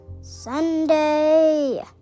Sunday